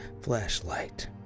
flashlight